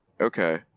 okay